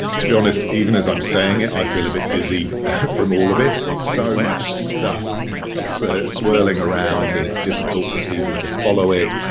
to be honest, even as i'm saying it, i feel a bit dizzy from all of it. it's so much stuff swirling around and it's difficult for people to follow it.